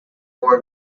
four